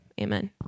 amen